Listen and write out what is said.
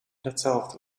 datzelfde